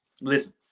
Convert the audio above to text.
Listen